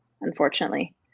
unfortunately